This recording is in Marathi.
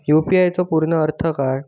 यू.पी.आय चो पूर्ण अर्थ काय?